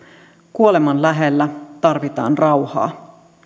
kuoleman lähellä tarvitaan rauhaa